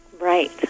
Right